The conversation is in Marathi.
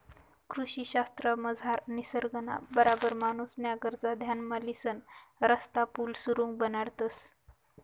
कृषी शास्त्रमझार निसर्गना बराबर माणूसन्या गरजा ध्यानमा लिसन रस्ता, पुल, सुरुंग बनाडतंस